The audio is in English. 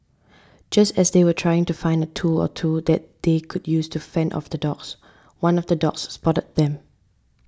just as they were trying to find a tool or two that they could use to fend off the dogs one of the dogs spotted them